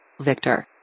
Victor